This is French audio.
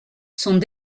sont